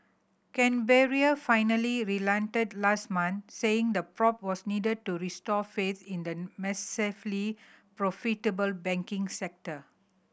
Canberra finally relented last month saying the probe was needed to restore faith in the massively profitable banking sector